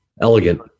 elegant